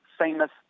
famous